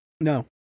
No